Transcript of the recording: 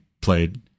played